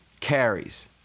carries